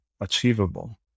achievable